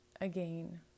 again